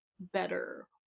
better